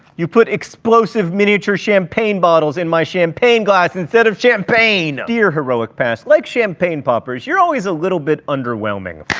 you put explosive miniature champagne bottles in my champagne glass instead of champagne! dear heroic past, like champagne poppers, you're always a little bit underwhelming.